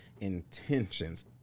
intentions